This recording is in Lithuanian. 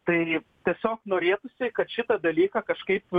tai tiesiog norėtųsi kad šitą dalyką kažkaip